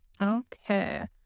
Okay